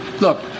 Look